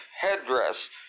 headdress